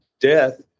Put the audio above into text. Death